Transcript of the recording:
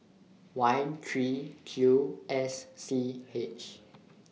Y three Q S C H